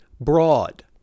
broad